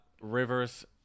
rivers